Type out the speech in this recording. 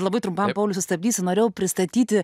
labai trumpam sustabdysiu norėjau pristatyti